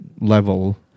level